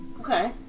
Okay